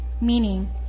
Meaning